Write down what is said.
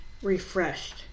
refreshed